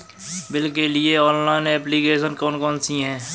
Bill के लिए online application कौन कौन सी हैं?